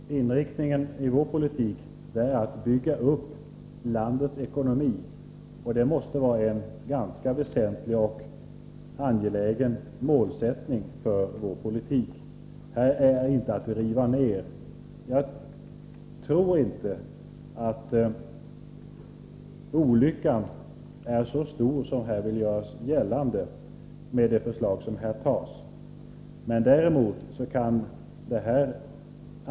Herr talman! Inriktningen i vår politik är att bygga upp landets ekonomi, och det måste vara en väsentlig och angelägen målsättning. Här är det inte fråga om att riva ned. Jag tror inte att det förslag som det nu gäller är så olyckligt som man här vill göra gällande.